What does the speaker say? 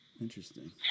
Interesting